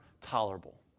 tolerable